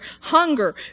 hunger